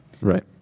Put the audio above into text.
Right